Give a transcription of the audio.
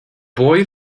boy